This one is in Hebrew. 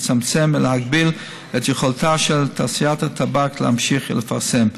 ולצמצם ולהגביל את יכולתה של תעשיית הטבק להמשיך לפרסם.